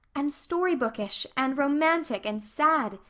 and story bookish. and romantic. and sad,